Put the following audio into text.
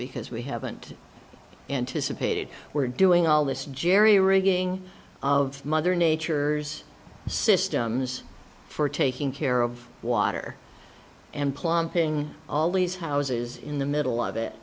because we haven't anticipated we're doing all this jerry rigging of mother nature's systems for taking care of water and plumping all these houses in the middle of